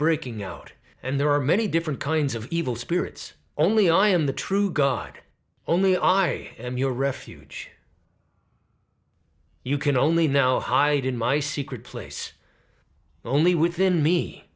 breaking out and there are many different kinds of evil spirits only i am the true god only i am your refuge you can only know hide in my secret place only within me